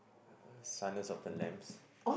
Silence of the Lambs